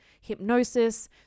hypnosis